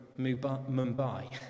Mumbai